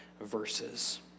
verses